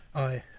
i,